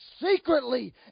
secretly